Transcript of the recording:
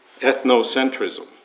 ethnocentrism